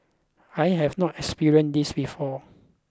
I have not experienced this before